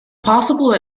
possible